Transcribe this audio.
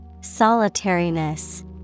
Solitariness